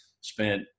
spent